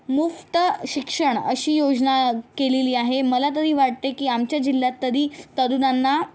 मुफ्त शिक्षण अशी योजना केलेली आहे मला तरी वाटते की आमच्या जिल्ह्यात तरी तरुणांना